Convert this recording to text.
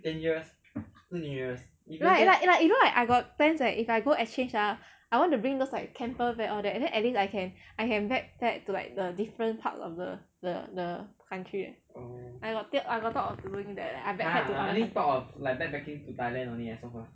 like like like you know like I got plans that if I go exchange ah I want to bring those like camper bag all that then at least I can I can backpack to like the different part of the the the country eh I got tak~ I got thought of doing that eh I